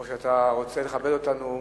או שאתה רוצה לכבד אותנו,